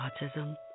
autism